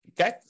Okay